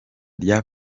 rya